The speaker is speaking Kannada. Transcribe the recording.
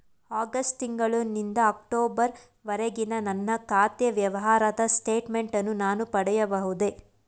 ಆಗಸ್ಟ್ ತಿಂಗಳು ನಿಂದ ಅಕ್ಟೋಬರ್ ವರೆಗಿನ ನನ್ನ ಖಾತೆ ವ್ಯವಹಾರದ ಸ್ಟೇಟ್ಮೆಂಟನ್ನು ನಾನು ಪಡೆಯಬಹುದೇ?